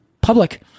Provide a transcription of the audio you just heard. public